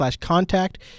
contact